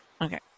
Okay